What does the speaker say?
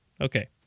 Okay